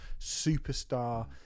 superstar